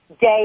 day